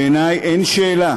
בעיני אין שאלה